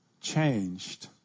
changed